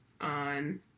on